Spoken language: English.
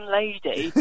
lady